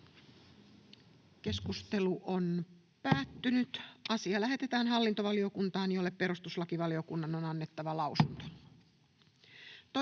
ehdottaa, että asia lähetetään hallintovaliokuntaan, jolle perustuslakivaliokunnan on annettava lausunto.